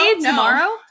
tomorrow